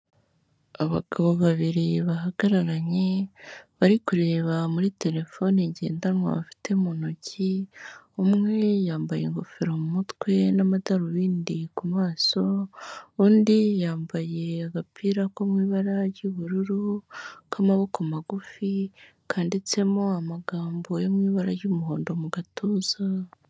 Abagabo babiri bahagararanye bari kureba muri terefone ngendanwa bafite mu ntoki, umwe yambaye ingofero mu mutwe n'amadarubindi ku maso, undi yambaye agapira ko mu ibara ry'ubururu k'amaboko magufi kandiditsemo amagambo yo mu ibara ry'umuhondo mu gatuza.